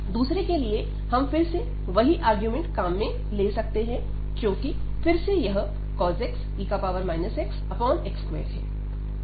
दूसरे के लिए हम फिर से वही आर्गुमेंट काम में ले सकते हैं क्योंकि फिर से यह cos x e xx2 है